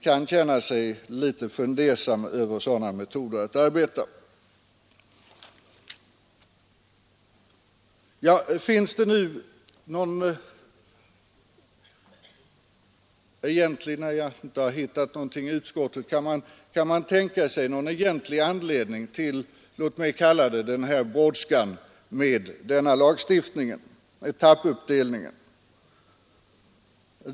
Kan man tänka sig någon egentlig anledning — jag har inte hittat någon i utskottet — till, låt mig kalla det, den här brådskan med denna lagstiftning, till etappuppdelningen?